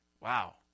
Wow